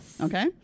Okay